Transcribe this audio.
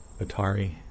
Atari